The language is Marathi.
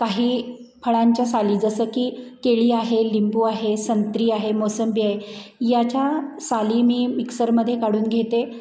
काही फळांच्या साली जसं की केळी आहे लिंबू आहे संत्री आहे मोसंबी आहे याच्या साली मी मिक्सरमध्ये काढून घेते